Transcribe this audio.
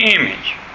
image